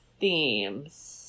themes